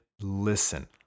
listen